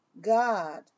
God